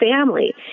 family